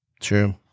True